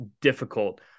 difficult